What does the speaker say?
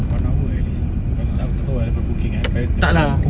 one hour at least ah tak aku tak tahu daripada boon keng ah biar kalau tunggu one hour ah